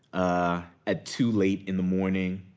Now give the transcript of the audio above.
ah, at too late in the morning.